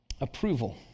Approval